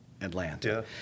Atlanta